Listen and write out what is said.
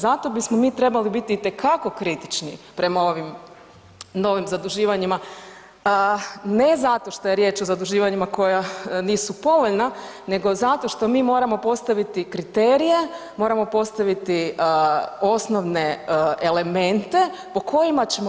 Zato bismo mi trebali biti itekako kritični prema ovim novim zaduživanjima, ne zato što je riječ o zaduživanjima koja nisu povoljna, nego zato što mi moramo postaviti kriterije, moramo postaviti osnovne elemente po kojima ćemo